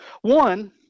One